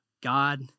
God